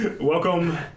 Welcome